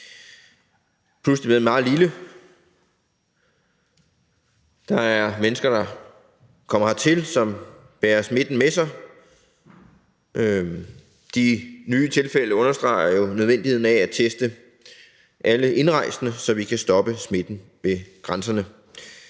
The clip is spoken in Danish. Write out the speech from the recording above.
pludselig blevet meget lille. Der er mennesker, som kommer hertil, som bærer smitten med sig. De nye tilfælde understreger jo nødvendigheden af at teste alle indrejsende, så vi kan stoppe smitten ved grænserne.